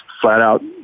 flat-out